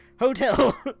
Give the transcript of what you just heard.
Hotel